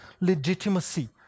legitimacy